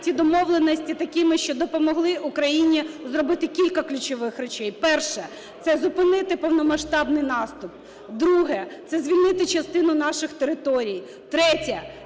ті домовленості такими, що допомогли Україні зробити кілька ключових речей: перше – це зупинити повномасштабний наступ; друге – це звільнити частину наших територій; третє –